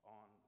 on